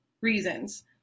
reasons